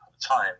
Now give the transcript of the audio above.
time